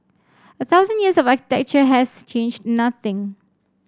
a thousand years of architecture has changed nothing